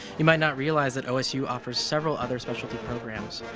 you might not realize that osu offers several other specialty programs.